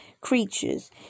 creatures